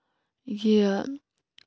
یہِ